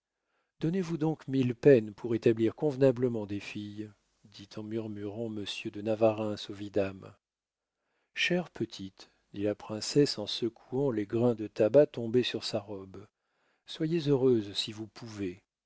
donnez-vous donc mille peines pour établir convenablement des filles dit en murmurant monsieur de navarreins au vidame chère petite dit la princesse en secouant les grains de tabac tombés sur sa robe soyez heureuse si vous pouvez